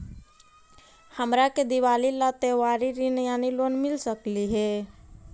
हमरा के दिवाली ला त्योहारी ऋण यानी लोन मिल सकली हे?